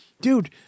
dude